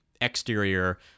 exterior